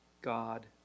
God